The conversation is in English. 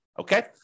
Okay